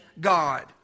God